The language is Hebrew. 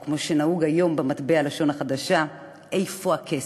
או כמו שנהוג היום במטבע הלשון החדש: איפה הכסף?